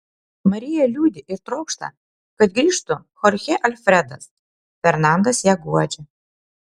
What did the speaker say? marija liūdi ir trokšta kad grįžtų chorchė alfredas fernandas ją guodžia